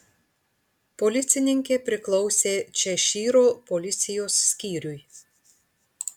policininkė priklausė češyro policijos skyriui